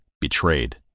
betrayed